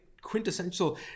quintessential